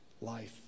life